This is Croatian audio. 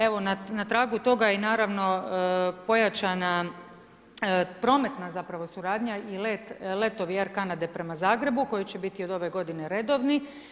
Evo na tragu toga je i naravno pojačana prometna zapravo suradnja i letovi air Kanade prema Zagrebu koji će biti od ove godine redovni.